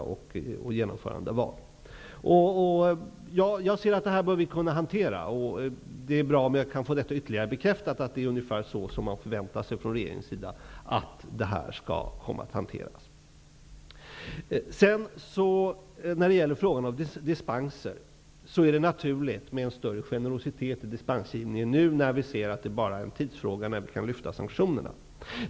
Det här bör vi kunna hantera. Det är bra om jag får ytterligare bekräftat att det är ungefär så som regeringen förväntar sig att det här kommer att hanteras. När det gäller frågan om dispenser är det naturligt att vi, nu när vi ser att det bara är en tidsfråga innan vi kan häva sanktionerna, visar en större generositet i dispensgivningen.